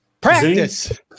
practice